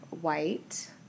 white